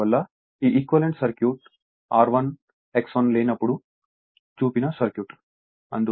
అందువల్ల ఈ equivalent circuit R1 X1 లేనప్పుడు చూసిన సర్క్యూట్